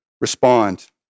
respond